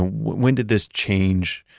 when did this change?